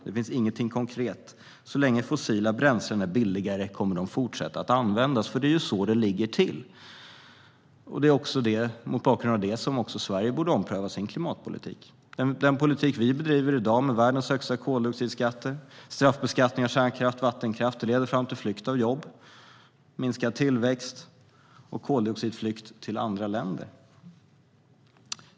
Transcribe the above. Det finns ingenting konkret. Så länge fossila bränslen är billigare kommer de att fortsätta att användas. Det är så det ligger till, och det är mot bakgrund av det som Sverige också borde ompröva sin klimatpolitik. Den politik vi bedriver i dag med världens högsta koldioxidskatter och straffbeskattning av kärnkraft och vattenkraft leder fram till flykt av jobb, minskad tillväxt och koldioxidflykt till andra länder.